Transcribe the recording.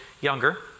younger